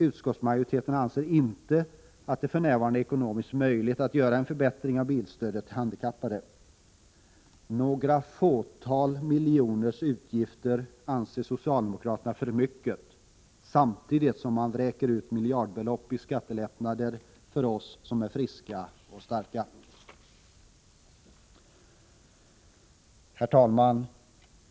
Utskottsmajoriteten anser inte att det för närvarande är ekonomiskt möjligt att åstadkomma en förbättring av bilstödet till handikappade. Några fåtal miljoner i utgifter anser socialdemokraterna vara för mycket — samtidigt vräker man ut miljarder i skattelättnader för oss som är friska och starka. Herr talman!